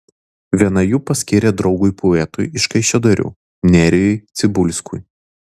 vieną jų paskyrė draugui poetui iš kaišiadorių nerijui cibulskui